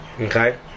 Okay